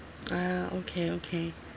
ah okay okay